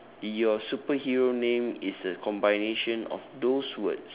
your superhero name is the combination of those words